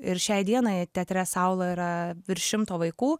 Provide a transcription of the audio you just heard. ir šiai dienai teatre saula yra virš šimto vaikų